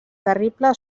terrible